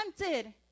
tempted